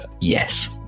Yes